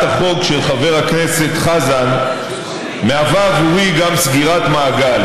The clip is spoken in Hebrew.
החוק של חבר הכנסת חזן מהווה עבורי גם סגירת מעגל,